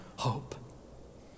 hope